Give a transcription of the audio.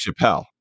Chappelle